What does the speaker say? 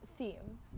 theme